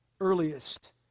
earliest